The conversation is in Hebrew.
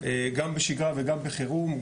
גם בשגרה וגם בחרום.